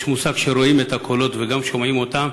יש מושג שרואים את הקולות, וגם שומעים אותם.